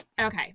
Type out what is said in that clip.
Okay